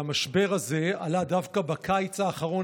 והמשבר הזה עלה דווקא בקיץ האחרון,